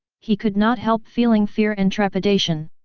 he could not help feeling fear and trepidation.